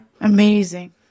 Amazing